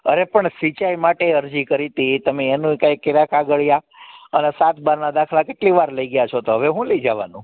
અરે પણ શીખે માટે અરજી કરી તી તમે એનુંય કાઇ કર્યા કાગળિયા અને સતબાર દાખલા કેટલી વાર લઈ ગયા છો તો હવે હું લઈ જવાનું